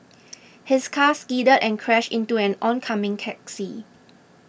his car skidded and crashed into an oncoming taxi